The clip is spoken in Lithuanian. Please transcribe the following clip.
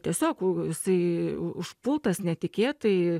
tiesiog jisai užpultas netikėtai